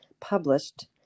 published